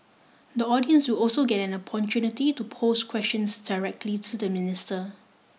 the audience will also get an opportunity to pose questions directly to the minister